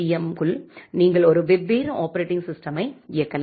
எம்க்குள் நீங்கள் ஒரு வெவ்வேறு ஆப்பரேட்டிங் சிஸ்டமை இயக்கலாம்